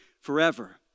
forever